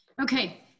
Okay